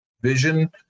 vision